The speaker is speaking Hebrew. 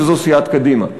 וזאת סיעת קדימה.